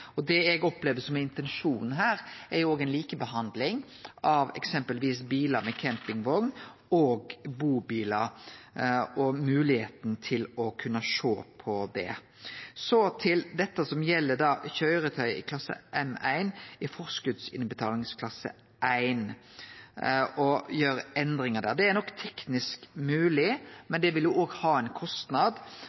Det eg opplever som intensjonen her, er moglegheita til å sjå på ei likebehandling av eksempelvis bilar med campingvogn og bubilar. Så til endringar når det gjeld å få køyretøygruppe M1 inn i forskotsinnbetalingsklasse 1: Å gjere endringar der er nok teknisk mogleg, men det ville òg ha ein kostnad